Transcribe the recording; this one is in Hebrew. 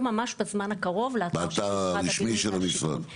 ממש בזמן הקרוב לאתר של משרד הבינוי והשיכון.